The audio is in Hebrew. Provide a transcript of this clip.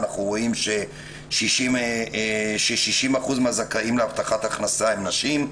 אנחנו רואים ש-60% מהזכאים להבטחת הכנסה הן נשים,